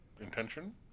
intention